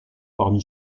parmi